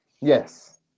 yes